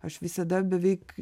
aš visada beveik